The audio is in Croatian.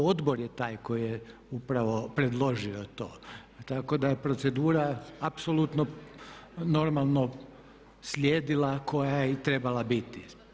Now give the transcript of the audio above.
Odbor je taj koji je upravo predložio to, tako da je procedura apsolutno normalno slijedila koja je i trebala biti.